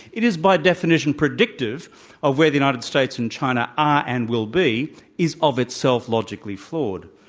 it is, by definition, predictive of where the united states and china are and will be is of itself logically flawed.